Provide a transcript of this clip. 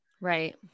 Right